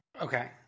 Okay